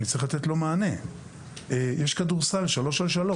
יש כדורסל שלוש על שלוש.